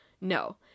No